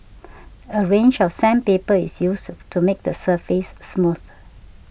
a range of sandpaper is used to make the surface smooth